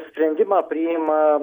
sprendimą priima